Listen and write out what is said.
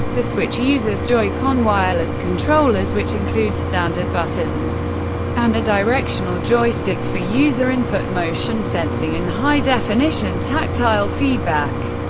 the switch uses joy-con wireless controllers, which include standard buttons and a directional joystick for user input, motion sensing, and high-definition tactile feedback.